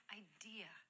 idea